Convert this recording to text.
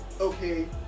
okay